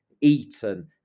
eaten